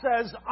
says